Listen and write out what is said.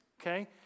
okay